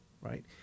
right